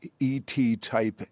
ET-type